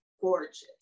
gorgeous